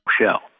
shell